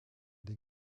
des